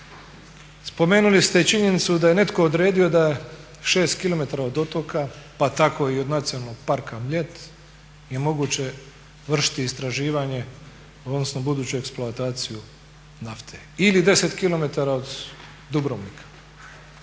Spomenuli ste i činjenicu da je netko odredio da je 6km od otoka pa tako i od Nacionalnog parka Mljet je moguće vršiti istraživanje odnosno buduću eksploataciju nafte ili 10km od Dubrovnika.